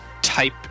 type